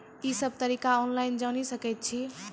ई सब तरीका ऑनलाइन जानि सकैत छी?